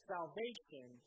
Salvation